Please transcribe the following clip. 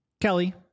Kelly—